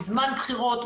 בזמן בחירות,